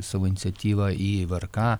savo iniciatyvą į vrk